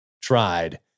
tried